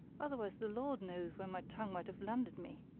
otherwise, the lord knows where my tongue might have landed me!